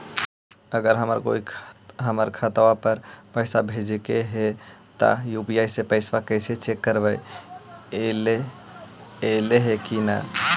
अगर कोइ हमर खाता पर पैसा भेजलके हे त यु.पी.आई से पैसबा कैसे चेक करबइ ऐले हे कि न?